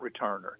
returner